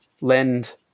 lend